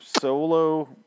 Solo